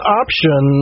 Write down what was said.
option